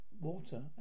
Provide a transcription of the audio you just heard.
water